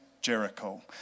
Jericho